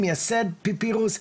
מייסד פפירוס,